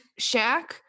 Shaq